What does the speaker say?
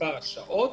מספר השעות